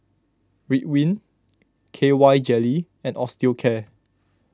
Ridwind K Y Jelly and Osteocare